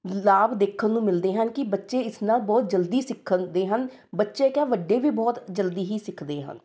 ਲਾਭ ਦੇਖਣ ਨੂੰ ਮਿਲਦੇ ਹਨ ਕਿ ਬੱਚੇ ਇਸ ਨਾਲ ਬਹੁਤ ਜਲਦੀ ਸਿੱਖਣ ਦੇ ਹਨ ਬੱਚੇ ਕਿਆ ਵੱਡੇ ਵੀ ਬਹੁਤ ਜਲਦੀ ਹੀ ਸਿੱਖਦੇ ਹਨ